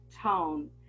tone